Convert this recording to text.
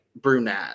brunette